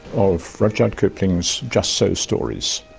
of rudyard kipling's just so stories.